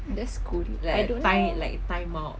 that's cool I don't know